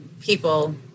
people